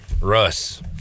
Russ